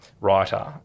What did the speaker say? writer